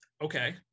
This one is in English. Okay